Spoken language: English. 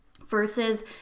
versus